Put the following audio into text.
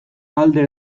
alde